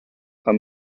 are